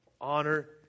honor